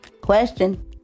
Question